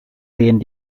lane